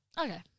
Okay